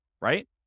right